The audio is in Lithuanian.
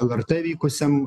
lrt vykusiam